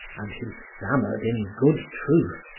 and he stammered in good truth,